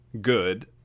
good